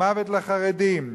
"מוות לחרדים",